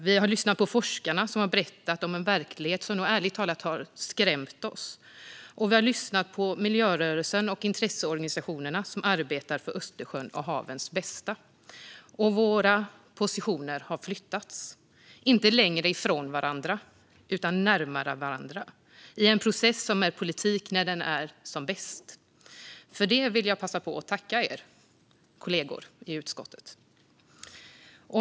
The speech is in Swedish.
Vi har lyssnat på forskarna som har berättat om en verklighet som ärligt talat har skrämt oss. Vi har också lyssnat på miljörörelsen och intresseorganisationerna som arbetar för Östersjöns och havens bästa. Och våra positioner har flyttats, inte längre ifrån varandra utan närmare varandra, i en process som är politik när den är som bäst. För detta vill jag passa på att tacka er kollegor i utskottet.